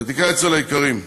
ותיקי האצ"ל היקרים,